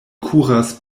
kuras